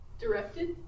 Directed